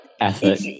effort